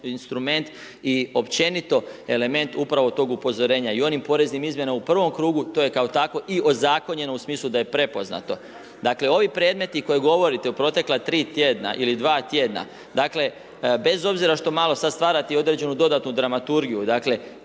i općenito element upravo tog upozorenja. I onim poreznim izmjenama u prvom krugu to je kao takvo i ozakonjeno u smislu da je prepoznato. Dakle ovi predmeti koje govorite u protekla tri tjedna ili dva tjedna, dakle bez obzira što malo sada stvarate i određenu dodatnu dramaturgiju.